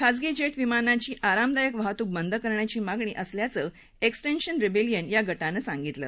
खाजगी जेट विमानाची आरामदाय वाहतूक बंद करण्याची मागणी असल्याचं एक्स्टींशन रिवेलियन गटानं सांगितलं